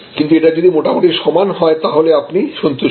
কিন্তু এটা যদি মোটামুটি সমান হয় তাহলে আপনি সন্তুষ্ট